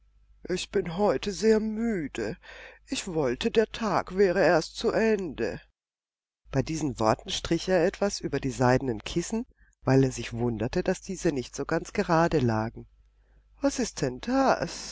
ich bin heute sehr müde ich wollte der tag wäre erst zu ende bei diesen worten strich er etwas über die seidenen kissen weil er sich wunderte daß diese nicht so ganz gerade lagen was ist denn